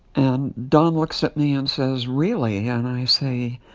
and don looks at me and says, really? yeah and i say,